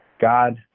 god